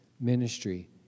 ministry